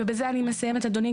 ובזה אני מסיימת אדוני,